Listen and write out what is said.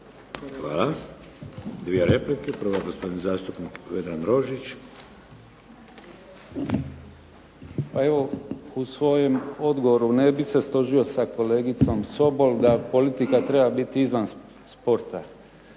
Hvala. 2 replike. Prva, gospodin zastupnik Vedran Rožić. **Rožić, Vedran (HDZ)** Pa evo u svojem odgovoru ne bih se složio sa kolegicom Sobol da politika treba biti izvan sporta.